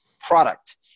product